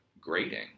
grading